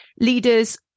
leaders